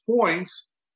points